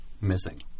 Missing